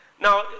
Now